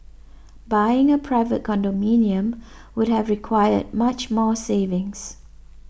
buying a private condominium would have required much more savings